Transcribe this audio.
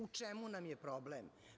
U čemu nam je problem?